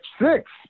six